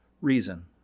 reason